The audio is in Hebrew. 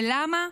ולמה?